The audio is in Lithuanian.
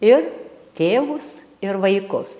ir tėvus ir vaikus